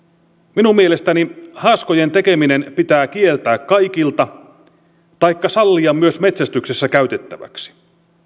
minun mielestäni haaskojen tekeminen pitää kieltää kaikilta taikka sallia myös metsästyksessä käytettäväksi